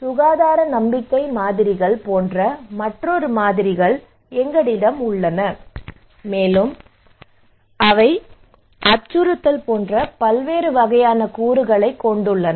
சுகாதார நம்பிக்கை மாதிரிகள் போன்ற மற்றொரு மாதிரிகள் எங்களிடம் உள்ளன மேலும் இவை அச்சுறுத்தல் போன்ற பல்வேறு வகையான கூறுகளைக் கொண்டுள்ளன